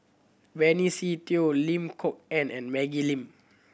Benny Se Teo Lim Kok Ann and Maggie Lim